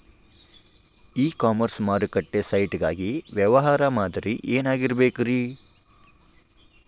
E commerce ಮಾರುಕಟ್ಟೆ site ಗಾಗಿ ವ್ಯವಹಾರ ಮಾದರಿ ಏನಾಗಿರಬೇಕ್ರಿ?